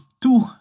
Two